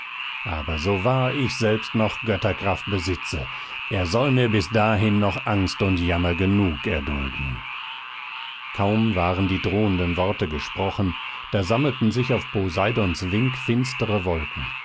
aber so wahr ich selbst noch götterkraft besitze er soll mir bis dahin noch angst und jammer genug erdulden kaum waren die drohenden worte gesprochen da sammelten sich auf poseidons wink finstere wolken